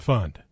Fund